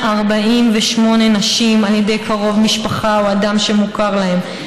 148 נשים על ידי קרוב משפחה או אדם שמוכר להן.